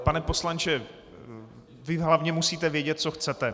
Pane poslanče, vy hlavně musíte vědět, co chcete.